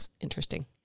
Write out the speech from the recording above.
interesting